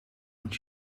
moet